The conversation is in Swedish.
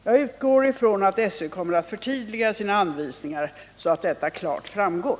Jag utgår från att SÖ kommer att förtydliga sina anvisningar så att detta klart framgår.